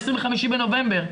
ה-25 בנובמבר.